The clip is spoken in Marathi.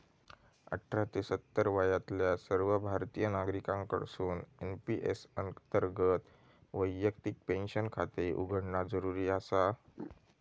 अठरा ते सत्तर वयातल्या सर्व भारतीय नागरिकांकडसून एन.पी.एस अंतर्गत वैयक्तिक पेन्शन खाते उघडणा जरुरी आसा